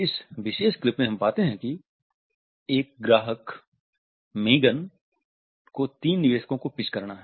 इस विशेष क्लिप में हम पाते हैं कि एक ग्राहक मेगन को तीन निवेशकों को पिच करना है